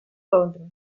londres